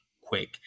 quick